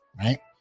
right